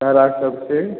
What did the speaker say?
भाड़ा सबसे